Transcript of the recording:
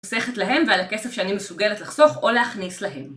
חוסכת להם ועל הכסף שאני מסוגלת לחסוך או להכניס להם